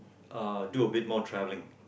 uh do a bit more travelling